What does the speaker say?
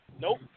Nope